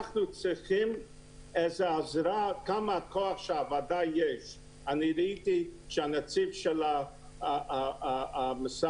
אנחנו צריכים עזרה ושהוועדה תפעיל את כל הכוח שיש לה.